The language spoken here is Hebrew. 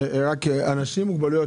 אנשים עם מוגבלויות,